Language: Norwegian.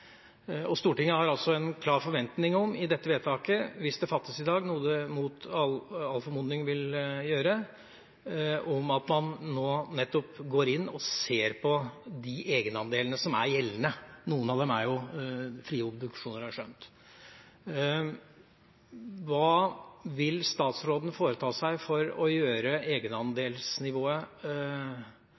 bidrar. Stortinget har en klar forventning om at med dette vedtaket, hvis det blir fattet i dag – noe det mot all formodning blir – går man inn og ser på de egenandelene som er gjeldende. Noen av obduksjonene er kostnadsfrie, har jeg skjønt. Hva vil statsråden foreta seg for å gjøre